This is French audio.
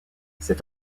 cet